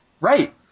Right